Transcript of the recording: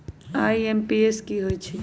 IMPS की होईछइ?